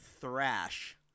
Thrash